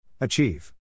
Achieve